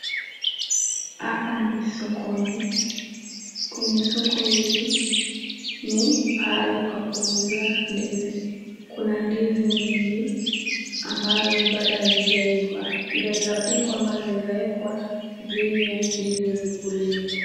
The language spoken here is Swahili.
Hapa ni sokoni kwenye soko hili ni pahali pa kuuzia ndizi. Kuna ndizi mingi ambazo bado hazijaiva. Zaweza pikwa ama zaweza wekwa ziive ili zikuliwe.